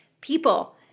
people